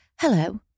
hello